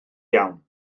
iawn